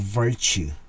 virtue